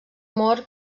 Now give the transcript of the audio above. mort